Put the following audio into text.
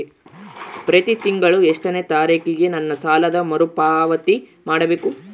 ಪ್ರತಿ ತಿಂಗಳು ಎಷ್ಟನೇ ತಾರೇಕಿಗೆ ನನ್ನ ಸಾಲದ ಮರುಪಾವತಿ ಮಾಡಬೇಕು?